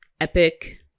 epic